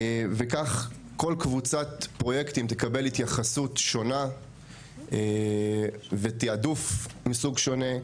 וכך כל קבוצת פרויקטים תקבל התייחסות שונה ותעדוף מסוג שונה,